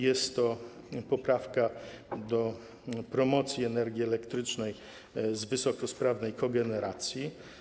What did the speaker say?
Jest to poprawka dotycząca promocji energii elektrycznej z wysokosprawnej kogeneracji.